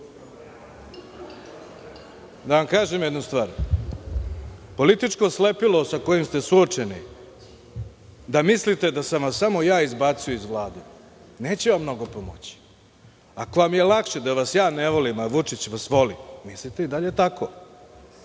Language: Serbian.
vam kažem jednu stvar, političko slepilo sa kojim ste suočeni da mislite da sam vas samo ja izbacio iz Vlade neće vam mnogo pomoći. Ako vam je lakše da mislite da vas ja ne volim, a Vučić vas voli, mislite i dalje tako.